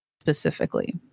specifically